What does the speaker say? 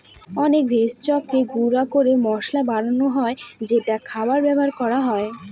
অনেক ভেষজকে গুঁড়া করে মসলা বানানো হয় যেটা খাবারে ব্যবহার করা হয়